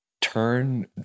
turn